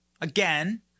again